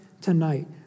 tonight